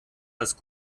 das